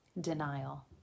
denial